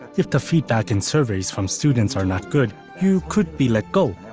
if the feedback and surveys from students are not good, you could be let go.